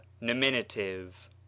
nominative